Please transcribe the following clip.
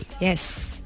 Yes